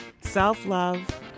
self-love